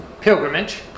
pilgrimage